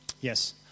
Yes